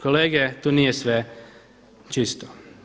Kolege tu nije sve čisto.